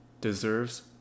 deserves